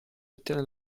ottiene